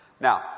Now